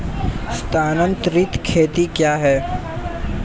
स्थानांतरित खेती क्या है?